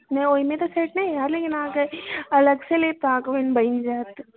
नहि ओहिमे तऽ सेट नहि हैत लेकिन अहाँके अलगसँ लेब तऽ अहाँकेँ ओहन बनि जायत